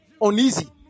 uneasy